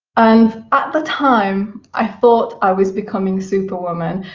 and at the time, i thought i was becoming super woman,